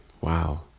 Wow